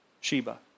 Sheba